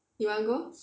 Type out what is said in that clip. you want go